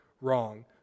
wrong